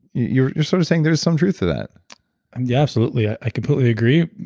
you're you're sort of saying there's some truth to that yeah, absolutely. i completely agree.